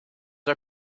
are